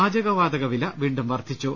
പാചകവാതക വില വീണ്ടും വർദ്ധിച്ചു